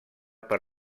per